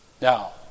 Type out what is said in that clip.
Now